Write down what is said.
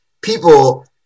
people